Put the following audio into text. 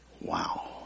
Wow